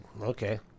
okay